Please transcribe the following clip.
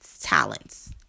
talents